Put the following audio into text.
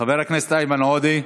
חבר הכנסת איימן עודה,